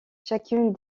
chacune